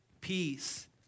peace